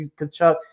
Kachuk